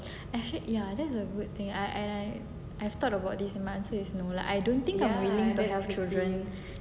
actually ya that's a good thing ah and I I've thought about this my answer is no lah I don't think I'm willing to have children